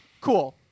Cool